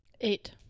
Eight